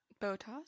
Botas